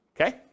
okay